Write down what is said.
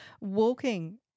walking